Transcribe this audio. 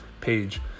page